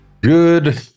Good